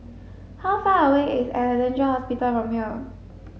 how far away is Alexandra Hospital from here